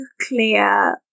clear